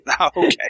Okay